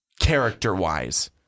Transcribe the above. character-wise